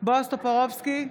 בועז טופורובסקי,